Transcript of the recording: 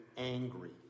Angry